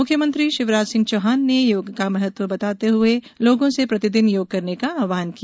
मुख्यमंत्री शिवराज सिंह चौहान ने योग का महत्व बताते हुए लोगों से प्रतिदिन योग करने का आहवान किया